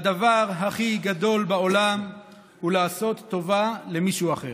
הדבר הכי גדול בעולם הוא לעשות טובה למישהו אחר.